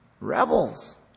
Rebels